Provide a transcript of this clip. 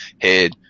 Head